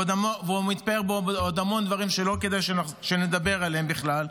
והוא מתפאר בעוד המון דברים שלא כדאי שנדבר עליהם בכלל.